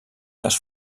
les